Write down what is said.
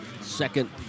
Second